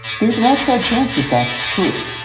there's an outside chance that that's true.